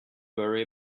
worry